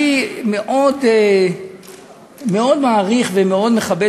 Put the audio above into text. אני מאוד מעריך ומאוד מכבד,